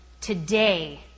Today